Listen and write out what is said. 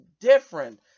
different